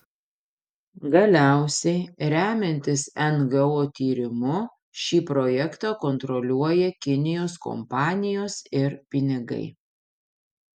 galiausiai remiantis ngo tyrimu šį projektą kontroliuoja kinijos kompanijos ir pinigai